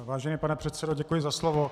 Vážený pane předsedo, děkuji za slovo.